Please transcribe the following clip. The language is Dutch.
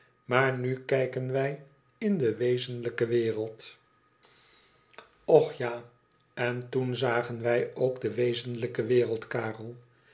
maar nu kijken wij in de wezenlijke wereld och ja en toen zagen wij ook de wezenlijke wereld karel